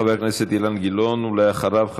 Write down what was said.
עשיתי הרבה למען העם הזה ולמען